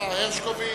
השר הרשקוביץ.